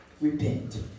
Repent